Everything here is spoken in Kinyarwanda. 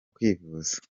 kwivuza